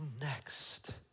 next